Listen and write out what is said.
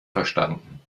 verstanden